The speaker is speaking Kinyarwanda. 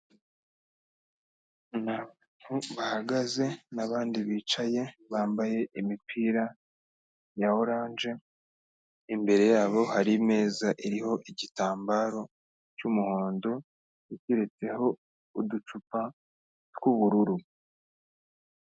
Ni abantu bahagaze n'abandi bicaye bambaye imipira ya oranje, imbere yabo hari imeza iriho igitambaro cy'umuhondo iteretseho uducupa tw'ubururu.